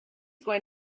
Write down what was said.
going